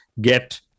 get